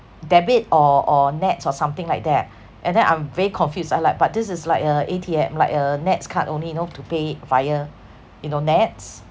debit or or NETS or something like that and then I'm very confused I like but this is like a A_T_M like a NETS card only you know to pay via you know NETS